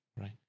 Right